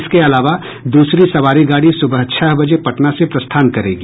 इसके अलावा द्रसरी सवारी गाड़ी सुबह छह बजे पटना से प्रस्थान करेगी